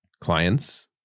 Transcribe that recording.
clients